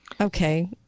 okay